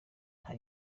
nta